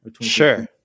Sure